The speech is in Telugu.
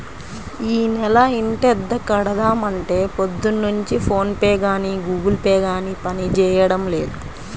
యీ నెల ఇంటద్దె కడదాం అంటే పొద్దున్నుంచి ఫోన్ పే గానీ గుగుల్ పే గానీ పనిజేయడం లేదు